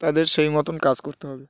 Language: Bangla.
তাদের সেই মতন কাজ করতে হবে